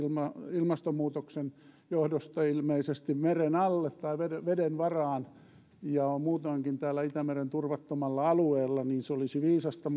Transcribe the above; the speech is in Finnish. ilmastonmuutoksen johdosta ilmeisesti meren alle tai veden veden varaan ja on muutoinkin täällä itämeren turvattomalla alueella ja se olisi viisasta